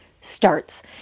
starts